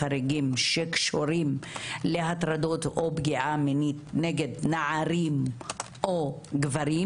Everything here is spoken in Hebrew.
חריגים שקשורים להטרדות או פגיעה מינית נגד נערים או גברים,